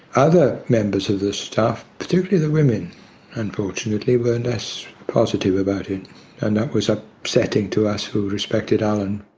other members of the staff, particularly the women unfortunately, were and less positive about it, and that was ah upsetting to us who respected alan.